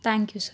thank you sir